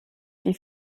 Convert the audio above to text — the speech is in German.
wie